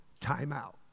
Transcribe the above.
timeout